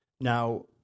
Now